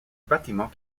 bâtiments